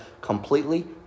completely